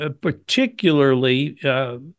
particularly